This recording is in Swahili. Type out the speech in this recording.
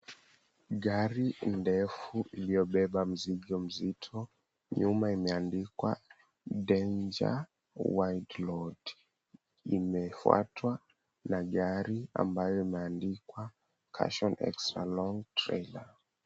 Gari ndefu iliyobeba mzigo mzito. Nyuma imeandikwa, Danger, Wide Load. Imefuatwa na gari ambayo imeandikwa, Caution, Extra Long Trailer.